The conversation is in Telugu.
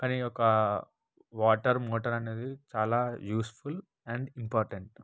కానీ ఒక వాటర్ మోటార్ అనేది చాలా యూజ్ఫుల్ అండ్ ఇంపార్టెంట్